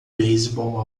beisebol